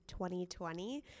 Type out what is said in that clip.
2020